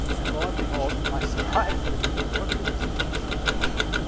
and lo and behold, to my surprise, cause you couldn't look through this thing in a solar telescope,